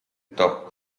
top